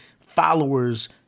followers